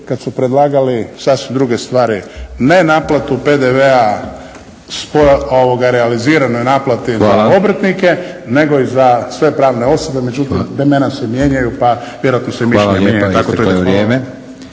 kad su predlagali sasvim druge stvari, nenaplatu PDV-a, … realiziranoj naplati za obrtnike nego i za sve pravne osobe. Međutim vremena se mijenjaju pa vjerojatno se mišljenja mijenjaju… **Leko, Josip